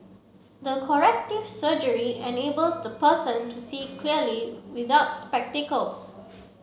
the corrective surgery enables the person to see clearly without spectacles